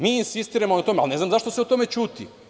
Mi insistiramo na tome, ali ne znam zašto se o tome ćuti.